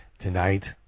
Tonight